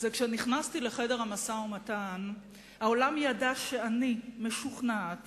שכשאני נכנסתי לחדר המשא-ומתן העולם ידע שאני משוכנעת